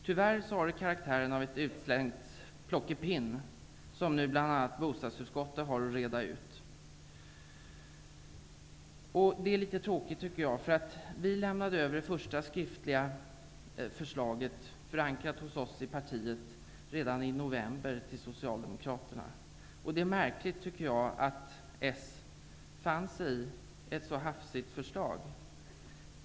Tyvärr har det karaktären av ett utslängt plockepinn som nu bl.a. bostadsutskottet har att reda ut. Detta är litet tråkigt, tycker jag, därför att vi nydemokrater lämnade till socialdemokraterna över det första skriftliga förslag som var förankrat i vårt parti redan i november. Det är märkligt att socialdemokraterna fann sig i ett så hafsigt förslag.